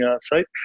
site